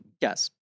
yes